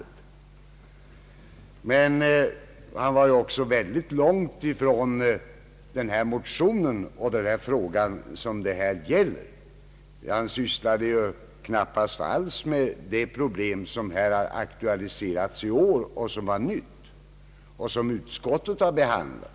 Herr Sveningsson var även väldigt långt ifrån den motion och den fråga som det här gäller. Han sysslade knappast någonting alls med de nya problem som aktualiserats i år och som utskot tet har behandlat.